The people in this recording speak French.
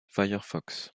firefox